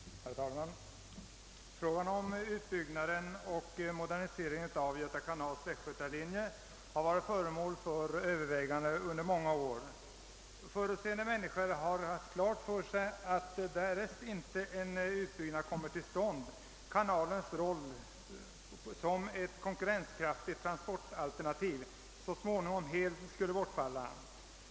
Herr talman! Frågan om utbyggnaden och moderniseringen av Göta kanals västgötalinje har under många år varit föremål för överväganden. Förutseende människor har haft klart för sig att därest inte en utbyggnad kommer till stånd kanalens roll som ett konkurrenskraftigt transportalternativ så småningom helt skulle bortfalla.